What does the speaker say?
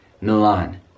Milan